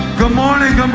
good morning, um